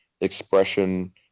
expression